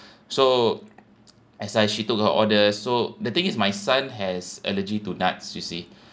so as like she took her order so the thing is my son has allergy to nuts you see